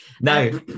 No